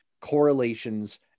correlations